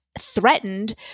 threatened